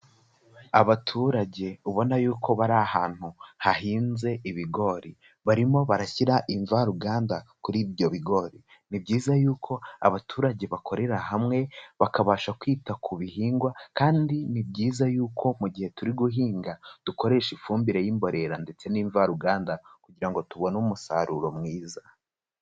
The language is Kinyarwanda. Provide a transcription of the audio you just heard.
Abaturage ubona yuko bari ahantu hahinze ibigori. Barimo barashyira imvaruganda kuri ibyo bigori. Ni byiza yuko abaturage bakorera hamwe, bakabasha kwita ku bihingwa, kandi ni byiza yuko mu gihe turi guhinga, dukoresha ifumbire y'imborera ndetse n'imvaruganda kugira ngo tubone umusaruro mwiza.